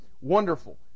wonderful